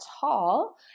tall